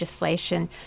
legislation